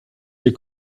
your